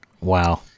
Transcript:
Wow